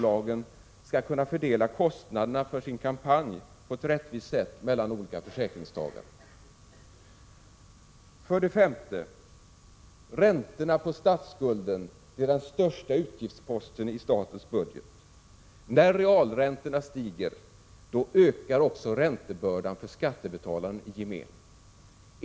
1986/87:48 bolagen kan fördela kostnaderna för sin kampanj på ett rättvist sätt mellan 12 december 1986 olika försäkringstagare? 5. Räntorna på statsskulden är den största utgiftsposten i statens budget. När realräntorna stiger, ökar också räntebördan för skattebetalaren i gemen.